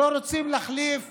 לא רוצים להחליף